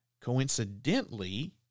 coincidentally